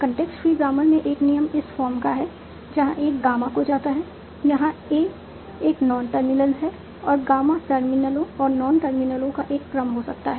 context free grammar में एक नियम इस फॉर्म का है जहां A गामा को जाता है यहां A एक नॉन टर्मिनल है और गामा टर्मिनलों और नॉन टर्मिनलों का एक क्रम हो सकता है